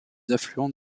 affluents